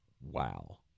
wow